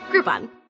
Groupon